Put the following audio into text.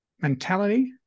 mentality